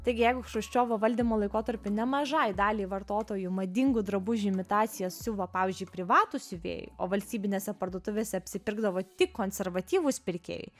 taigi jeigu chruščiovo valdymo laikotarpiu nemažai daliai vartotojų madingų drabužių imitacijas siuvo pavyzdžiui privatūs siuvėjai o valstybinėse parduotuvėse apsipirkdavo tik konservatyvūs pirkėjai